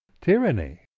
tyranny